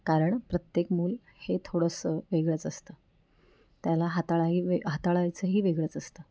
कारण प्रत्येक मूल हे थोडंसं वेगळंच असतं त्याला हाताळाही वे हाताळायचंही वेगळंच असतं